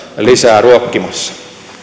lisää ruokkimassa